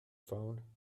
phone